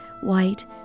white